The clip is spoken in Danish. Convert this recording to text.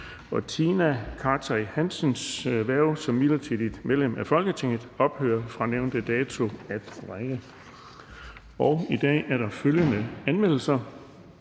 Tina Cartey Hansens (KF) hverv som midlertidigt medlem af Folketinget ophører fra nævnte dato at regne. I dag er der følgende anmeldelser: